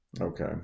Okay